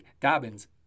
Dobbins